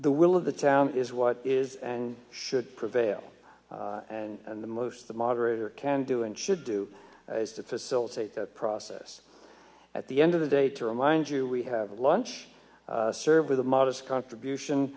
the will of the town is what is and should prevail and the most the moderator can do and should do is to facilitate that process at the end of the day to remind you we have lunch served with a modest contribution